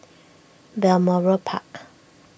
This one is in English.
Balmoral Park